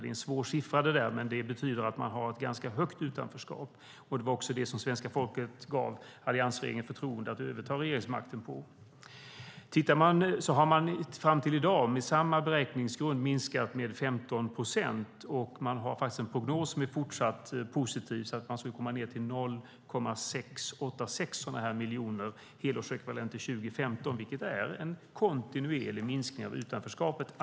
Det är en svår siffra, men den betyder att man har ett ganska högt utanförskap. Det var också på det som det svenska folket gav alliansregeringen förtroendet att överta regeringsmakten. Fram till i dag har man med samma beräkningsgrund minskat med 15 procent. Man har en prognos som är fortsatt positiv. Man skulle kunna komma ned till 0,686 miljoner helårsekvivalenter år 2015, vilket är en kontinuerlig minskning av utanförskapet.